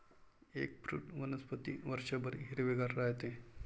eggfruit वनस्पती वर्षभर हिरवेगार राहते